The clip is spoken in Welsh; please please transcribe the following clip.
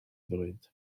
ddweud